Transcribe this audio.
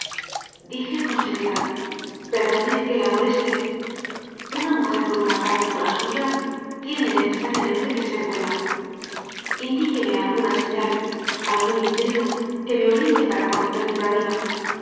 dije con seriedad perdone que la moleste una mujer con una cara como la suya tiene necesariamente que ser buena indíqueme alguna señal algún lindero que me oriente para conocer mi camino